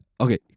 okay